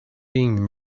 being